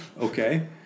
Okay